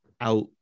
out